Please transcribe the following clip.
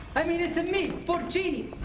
i mean it's me, porcini.